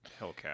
Hellcat